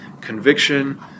conviction